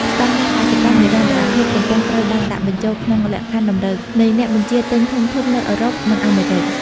ស្ដង់ដារកសិកម្មនិរន្តរភាពកំពុងត្រូវបានដាក់បញ្ចូលក្នុងលក្ខខណ្ឌតម្រូវនៃអ្នកបញ្ជាទិញធំៗនៅអឺរ៉ុប និងអាមេរិក។